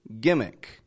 Gimmick